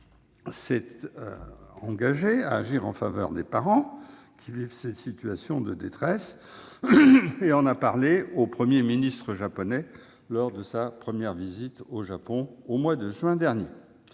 s'est engagé à agir en faveur des parents qui vivent ces situations de détresse et en a parlé au Premier ministre lors de sa visite officielle au Japon au mois de juin dernier.